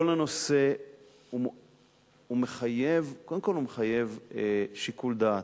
כל הנושא מחייב, קודם כול, הוא מחייב שיקול דעת.